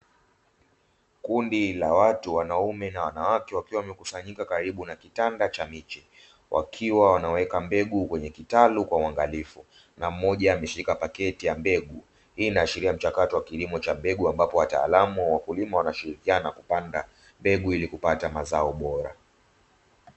Kundi la watu, wanaume na wanawake wakiwa wamekusanyika karibu na kitanda cha miche. Wakiwa wanaweka mbegu kwenye kitalu kwa uangalifu na mmoja ameshika pakiti ya mbegu. Hii inaashiria mchakato wa kilimo cha mbegu ambapo wataalamu na wakulima wanashirikiana kupanda ila kupata mazao bora.